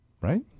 right